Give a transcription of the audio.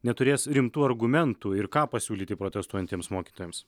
neturės rimtų argumentų ir ką pasiūlyti protestuojantiems mokytojams